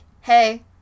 hey